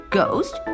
Ghost